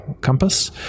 compass